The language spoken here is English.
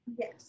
Yes